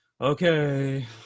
Okay